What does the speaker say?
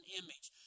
image